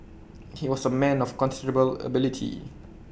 he was A man of considerable ability